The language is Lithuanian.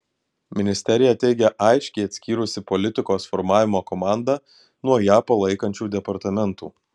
ministerija teigia aiškiai atskyrusi politikos formavimo komandą nuo ją palaikančių departamentų